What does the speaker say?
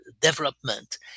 development